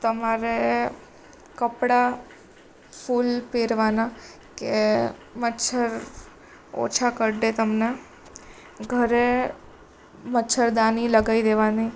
તમારે કપડા ફૂલ પહેરવાના કે મચ્છર ઓછા કરડે તમને ઘરે મચ્છરદાની લગાવી દેવાની